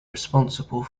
responsible